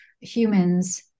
humans